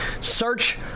Search